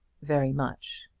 very much.